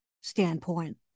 standpoint